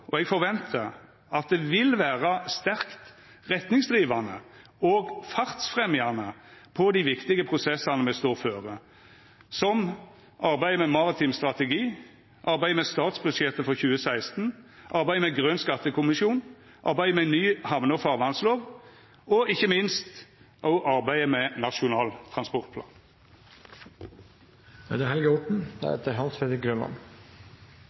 og eg forventar, at det vil vera sterkt retningsdrivande og fartsfremjande for dei viktige prosessane me står framfor, som arbeidet med maritim strategi arbeidet med statsbudsjettet for 2016 arbeidet med Grøn skattekommisjon arbeidet med ny hamne- og farvatnlov og, ikkje minst, arbeidet med Nasjonal transportplan Som en del av arbeidet med Nasjonal transportplan er det